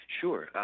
Sure